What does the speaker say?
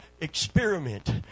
experiment